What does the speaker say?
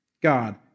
God